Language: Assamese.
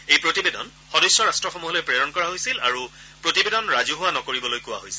এই প্ৰতিবেদন সদস্য ৰাষ্ট্সমূহলৈ প্ৰেৰণ কৰা হৈছিল আৰু প্ৰতিবেদন ৰাজহুৱা কৰিবলৈ কোৱা হৈছিল